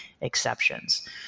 exceptions